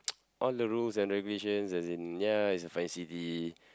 all the rules and regulations as in ya it's a fine city